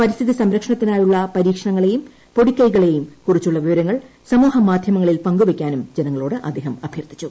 പരിസ്ഥിതി സംരക്ഷണത്തിനായുള്ള പരീക്ഷണങ്ങളേയും പൊടിക്കൈകളേയും കുറിച്ചുള്ള വിവരങ്ങൾ സമൂഹമാധ്യമങ്ങളിൽ പങ്കുവയ്ക്കാനും ജനങ്ങളോട് അദ്ദേഹം അഭ്യർത്ഥിച്ചു